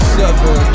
suffer